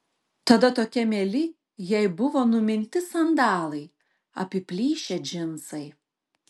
tada tokie mieli jai buvo numinti sandalai apiplyšę džinsai